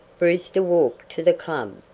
brewster walked to the club,